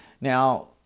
Now